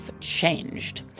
changed